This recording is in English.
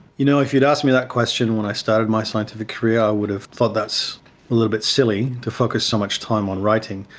you know, if you'd asked me that question when i started my scientific career i would have thought that's a little bit silly, to focus so much time on writing,